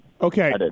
Okay